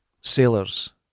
Sailors